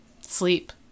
Sleep